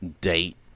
date